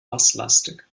basslastig